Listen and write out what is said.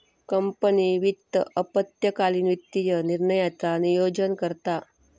company वित्त अल्पकालीन वित्तीय निर्णयांचा नोयोजन करता